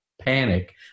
panic